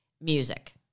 music